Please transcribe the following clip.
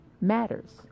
matters